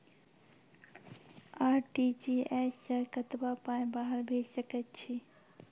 RTGS सअ कतबा पाय बाहर भेज सकैत छी?